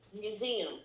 museum